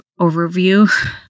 overview